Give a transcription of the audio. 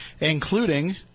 including